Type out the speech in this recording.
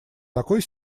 такой